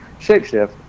shapeshift